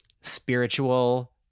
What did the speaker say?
spiritual